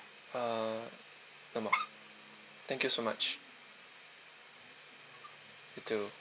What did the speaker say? uh no more thank you so much you too